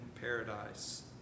paradise